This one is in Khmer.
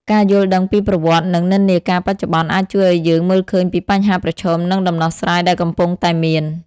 ការយល់ដឹងពីប្រវត្តិ និងនិន្នាការបច្ចុប្បន្ន អាចជួយឱ្យយើងមើលឃើញពីបញ្ហាប្រឈម និងដំណោះស្រាយដែលកំពុងតែមាន។